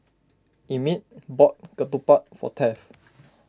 Emmit bought Ketupat for Taft